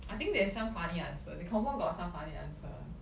I think there's some funny answer they confirm got some answer [one]